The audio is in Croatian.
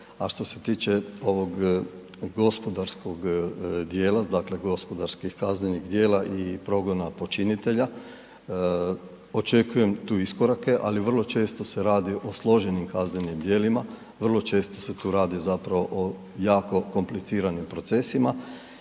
dijela, dakle gospodarskih kaznenih djela i progona počinitelja, očekujem tu iskorake ali vrlo često se radi o složenim kaznenim djelima, vrlo često se tu radi zapravo o jako kompliciranim procesima